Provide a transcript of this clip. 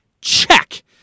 check